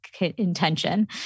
intention